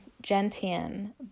gentian